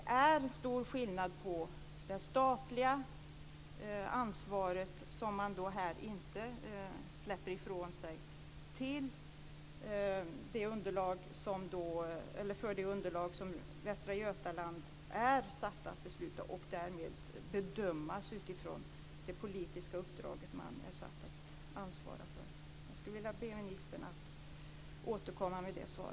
Det är stor skillnad på det statliga ansvaret som man inte släpper ifrån sig för det underlag som Västra Götaland är satt att besluta - och därmed bedöms för det politiska uppdrag man är satt att ansvara för. Jag ber ministern att återkomma med ett svar.